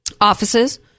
offices